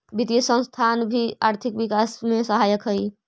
वित्तीय संस्थान भी आर्थिक विकास में सहायक हई